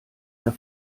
der